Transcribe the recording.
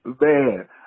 man